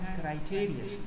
criteria